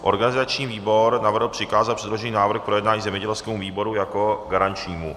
Organizační výbor navrhl přikázat předložený návrh k projednání zemědělskému výboru jako garančnímu.